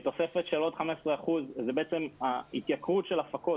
תוספת של עוד 15 אחוזים זאת בעצם התייקרות הפקות